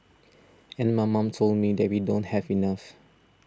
and my mom told me that we don't have enough